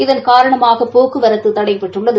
இதன் காரணமாக போக்குவரத்து தடைபட்டுள்ளது